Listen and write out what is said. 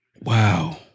Wow